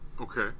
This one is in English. Okay